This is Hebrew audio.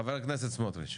חבר הכנסת סמוטריץ'.